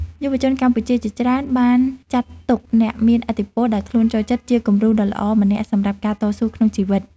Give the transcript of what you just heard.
យុវជនកម្ពុជាជាច្រើនបានចាត់ទុកអ្នកមានឥទ្ធិពលដែលខ្លួនចូលចិត្តជាគំរូដ៏ល្អម្នាក់សម្រាប់ការតស៊ូក្នុងជីវិត។